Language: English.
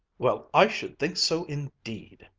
well, i should think so indeed!